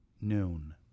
noon